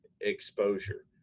exposure